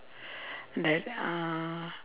like um